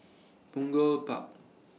Punggol Park